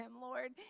Lord